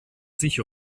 sich